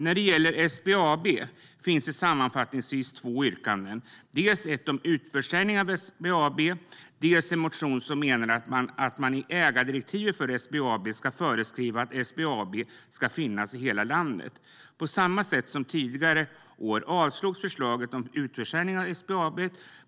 När det gäller SBAB finns det två yrkanden, dels ett om utförsäljning av SBAB, dels en motion där man menar att det i ägardirektivet ska föreskrivas att SBAB ska finnas i hela landet. Liksom tidigare år avstyrks förslaget om utförsäljning av SBAB.